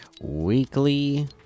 weekly